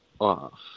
off